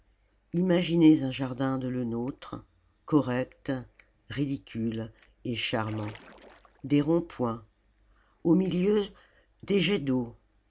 imaginez un jardin de lenôtre correct ridicule et charmant des ronds-points au milieu des jets d'eau